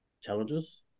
challenges